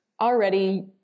already